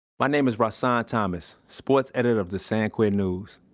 my name is rahsaan thomas, sports editor of the san quentin news,